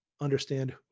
understand